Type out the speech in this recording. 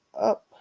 up